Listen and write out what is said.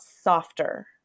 softer